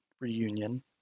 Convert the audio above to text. Reunion